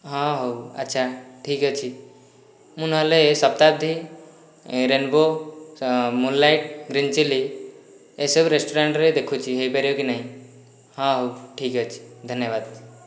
ହଁ ହେଉ ଆଚ୍ଛା ଠିକ୍ ଅଛି ମୁଁ ନହେଲେ Shatabdi rainbow moonlight green chilli ଏସବୁ ରେଷ୍ଟୁରାଣ୍ଟରେ ଦେଖୁଛି ହୋଇପାରିବ କି ନାହିଁ ହଁ ହେଉ ଠିକ୍ ଅଛି ଧନ୍ୟବାଦ